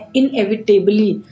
inevitably